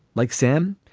like sam,